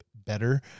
better